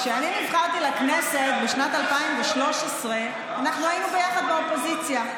כשאני נבחרתי לכנסת בשנת 2013 אנחנו היינו ביחד באופוזיציה,